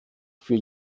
für